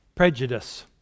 prejudice